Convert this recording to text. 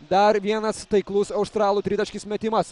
dar vienas taiklus australų tritaškis metimas